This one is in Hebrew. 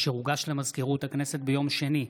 אשר הוגש למזכירות הכנסת ביום שני,